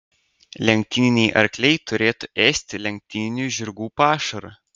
lenktyniniai arkliai turėtų ėsti lenktyninių žirgų pašarą